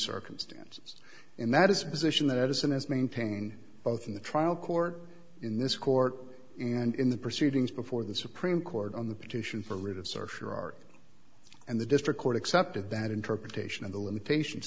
circumstances and that is a position that isn't is maintained both in the trial court in this court and in the proceedings before the supreme court on the petition for writ of search or art and the district court accepted that interpretation of the limitation